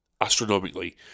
astronomically